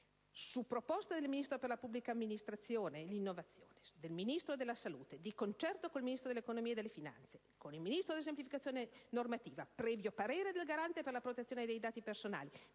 su proposta del Ministro per la pubblica amministrazione e l'innovazione e del Ministro della salute, di concerto col Ministro dell'economia e delle finanze e con il Ministro della semplificazione normativa, previo parere del Garante per la protezione dei dati personali,